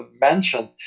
mentioned